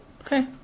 okay